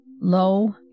Low